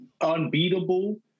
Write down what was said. unbeatable